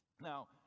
Now